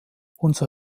unser